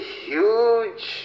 huge